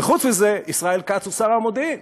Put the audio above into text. וחוץ מזה, ישראל כץ הוא שר המודיעין.